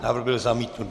Návrh byl zamítnut.